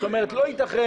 זאת אומרת לא ייתכן